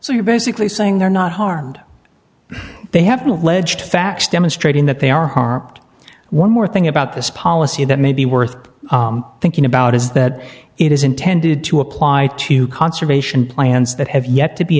so you're basically saying they're not harmed they have no alleged facts demonstrating that they are harmed one more thing about this policy that may be worth thinking about is that it is intended to apply to conservation plans that have yet to be